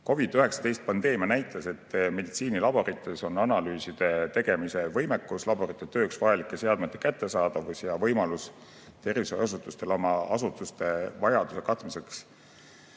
COVID‑19 pandeemia näitas, et meditsiinilaborites on analüüside tegemise võimekus, laborite tööks vajalike seadmete kättesaadavus ja võimalus tervishoiuasutustel oma vajaduse katmiseks